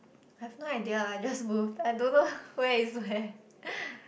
I have no idea I just moved I don't know where is where